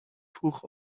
vroeg